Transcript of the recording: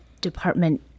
department